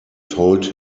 told